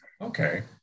Okay